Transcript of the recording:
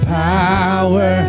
power